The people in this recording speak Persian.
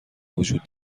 وجود